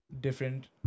different